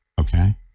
Okay